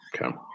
Okay